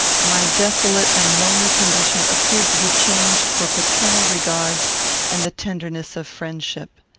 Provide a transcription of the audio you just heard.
my desolate and lonely condition appeared to be changed for paternal regards and the tenderness of friendship.